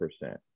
percent